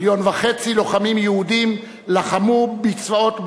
מיליון וחצי לוחמים יהודים לחמו בצבאות בעלות-הברית.